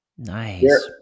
nice